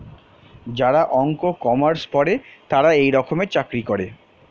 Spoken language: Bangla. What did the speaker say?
যারা অঙ্ক, কমার্স পরে তারা এই রকমের চাকরি করে